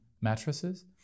mattresses